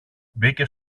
μπήκε